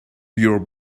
your